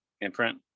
imprint